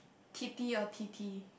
T_D or T_T